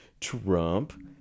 Trump